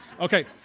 Okay